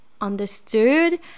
understood